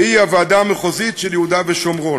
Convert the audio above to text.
שהיא הוועדה המחוזית של יהודה ושומרון,